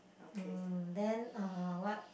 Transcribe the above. um then uh what